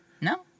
No